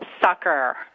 sucker